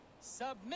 Submit